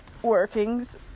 workings